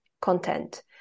content